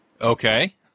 Okay